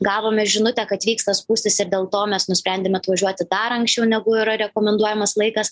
gavome žinutę kad vyksta spūstys ir dėl to mes nusprendėme atvažiuoti dar anksčiau negu yra rekomenduojamas laikas